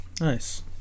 Nice